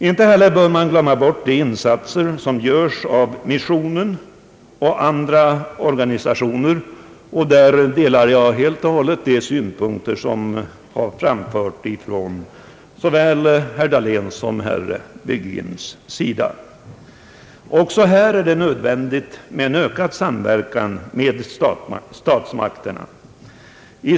Inte heller bör man glömma bort de insatser som görs av missionen och andra organisationer. Beträffande dessa delar jag helt de synpunkter som har framförts av såväl herr Dahlén som herr Virgin. Också här är en ökad samverkan med statsmakterna önskvärd.